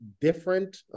different